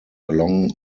along